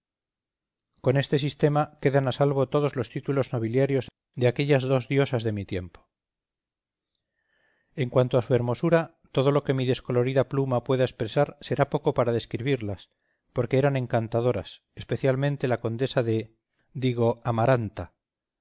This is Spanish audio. con este sistema quedan a salvo todos los títulos nobiliarios de aquellas dos diosas de mi tiempo en cuanto a su hermosura todo lo que mi descolorida pluma pueda expresar será poco para describirlas porque eran encantadoras especialmente la condesa de digo amaranta